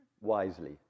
wisely